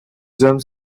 hommes